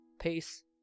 Peace